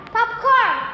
Popcorn